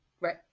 Right